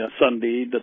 Sunday